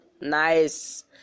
Nice